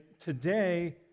today